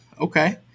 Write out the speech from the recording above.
Okay